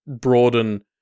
broaden